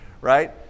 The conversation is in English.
right